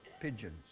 pigeons